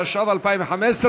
התשע"ו 2015,